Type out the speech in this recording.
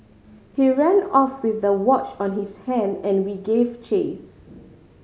he ran off with the watch on his hand and we gave chase